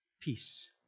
peace